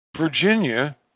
Virginia